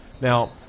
Now